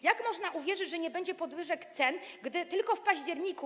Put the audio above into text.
Jak można uwierzyć, że nie będzie podwyżek cen, gdy tylko w październiku.